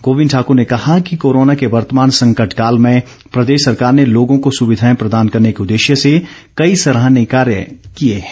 गोविंद ठाकर ने कहा कि कोरोना के वर्तमान संकट काल में प्रदेश सरकार ने लोगों को सुविधाएं प्रदान करने के उददेश्य से कई सराहनीय कार्य किए हैं